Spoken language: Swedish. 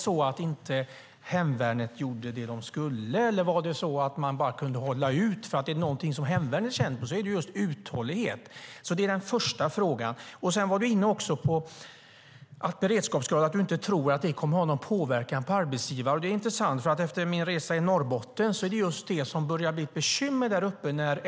Gjorde inte hemvärnet det de skulle, eller var det så att man bara kunde hålla ut, för är det något som hemvärnet är känt för är det just uthållighet. Det var den första frågan. Åsa Lindestam var också inne på att hon inte tror att beredskapsgraden kommer att ha någon påverkan på arbetsgivare. Det är intressant, för efter min resa i Norrbotten vet jag att det är just det som börjar bli ett bekymmer där uppe.